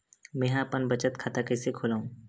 मेंहा अपन बचत खाता कइसे खोलव?